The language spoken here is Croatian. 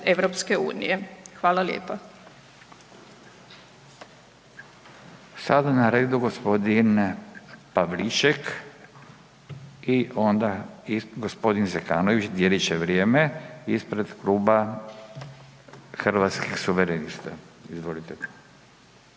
(Nezavisni)** Sada je na redu gospodin Pavliček i onda gospodin Zekanović, dijelit će vrijeme ispred Kluba Hrvatskih suverenista. Izvolite.